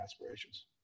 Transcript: aspirations